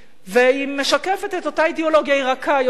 והיא משקפת את אותה אידיאולוגיה, היא רכה יותר.